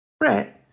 Right